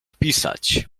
pisać